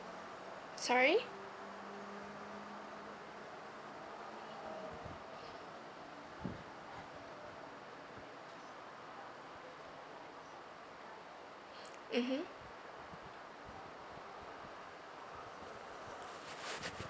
sorry mmhmm